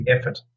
effort